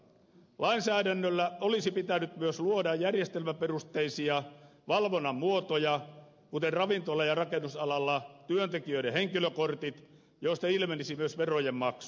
lainsäädännöllä olisi pitänyt myös luoda järjestelmäperusteisia valvonnan muotoja kuten ravintola ja rakennusalalla työntekijöiden henkilökortit joista ilmenisi myös verojen maksu